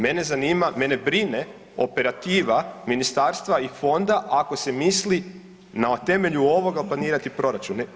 Mene zanima, mene brine operativa ministarstva i fonda ako se misli na temelju ovoga planirati proračun.